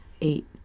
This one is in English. eight